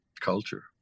culture